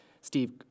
Steve